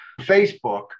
Facebook